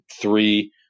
three